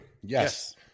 Yes